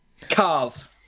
Cars